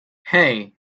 hey